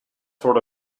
sort